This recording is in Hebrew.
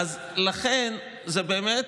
לכן, זה נבלה